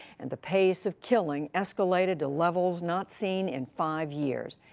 and the pace of killing escalated to levels not seen in five years.